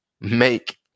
make